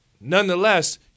nonetheless